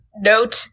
note